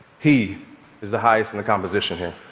he is the highest in the composition here.